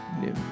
new